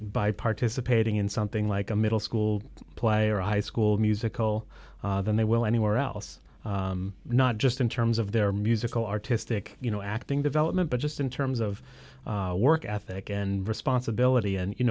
by participating in something like a middle school play or high school musical than they will anywhere else not just in terms of their musical artistic you know acting development but just in terms of work ethic and responsibility and you